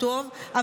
הם טובים,